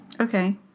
Okay